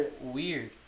weird